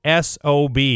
SOB